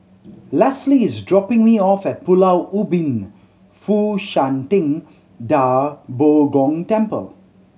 Lesley is dropping me off at Pulau Ubin Fo Shan Ting Da Bo Gong Temple